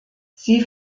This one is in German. sie